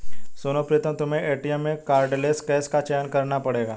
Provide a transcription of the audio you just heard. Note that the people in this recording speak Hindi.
सुनो प्रीतम तुम्हें एटीएम में कार्डलेस कैश का चयन करना पड़ेगा